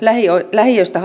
lähiöstä